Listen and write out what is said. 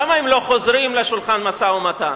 למה הם לא חוזרים לשולחן המשא-ומתן?